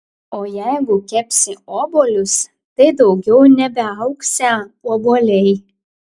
o jeigu kepsi obuolius tai daugiau nebeaugsią obuoliai